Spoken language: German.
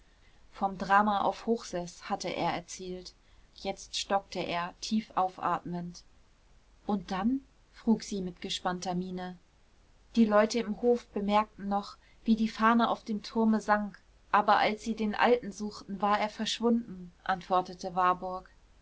vom drama auf hochseß hatte er erzählt jetzt stockte er tief aufatmend und dann frug sie mit gespannter miene die leute im hof bemerkten noch wie die fahne auf dem turme sank aber als sie den alten suchten war er verschwunden antwortete warburg